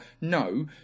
No